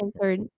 answered